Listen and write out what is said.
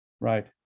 Right